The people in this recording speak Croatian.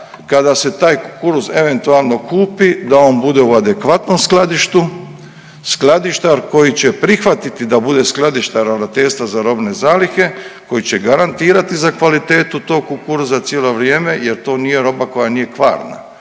kada se taj kukuruz eventualno kupi da on bude u adekvatnom skladištu. Skladištar koji će prihvatiti da bude skladištar Ravnateljstva za robne zalihe koji će garantirati za kvalitetu tog kukuruza cijelo vrijeme, jer to nije roba koja nije kvarna.